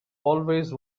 always